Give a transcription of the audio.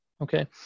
Okay